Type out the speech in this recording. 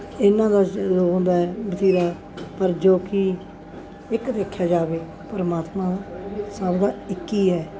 ਇਹਨਾਂ ਦਾ ਉਹ ਹੁੰਦਾ ਹੈ ਵਤੀਰਾ ਪਰ ਜੋ ਕਿ ਇੱਕ ਦੇਖਿਆ ਜਾਵੇ ਪਰਮਾਤਮਾ ਸਭ ਦਾ ਇੱਕ ਹੀ ਹੈ